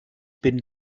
bin